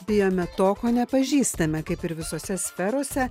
bijome to ko nepažįstame kaip ir visose sferose